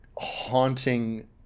haunting